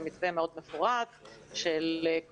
זה מתווה מאוד מפורט של קבוצות,